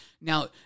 Now